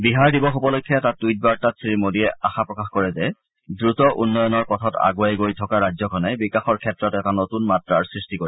বিহাৰ দিৱস উপলক্ষে এটা টুইটবাৰ্তাত শ্ৰীমোদীয়ে আশা প্ৰকাশ কৰে যে দ্ৰুত উন্নয়নৰ পথত আগুৱাই গৈ থকা ৰাজখনে বিকাশৰ ক্ষেত্ৰত এটা নতৃন মাত্ৰাৰ সৃষ্টি কৰিব